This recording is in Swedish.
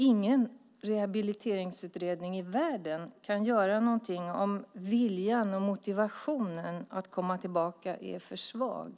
Ingen rehabiliteringsutredning i världen kan göra någonting om viljan och motivationen att komma tillbaka är för svag.